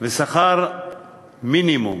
ושכר מינימום,